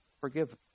forgive